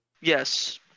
Yes